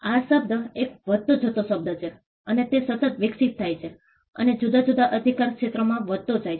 આ શબ્દ એક વધતો જતો શબ્દ છે અને તે સતત વિકસિત થાય છે અને જુદા જુદા અધિકારક્ષેત્રોમાં વધતો જાય છે